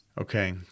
Okay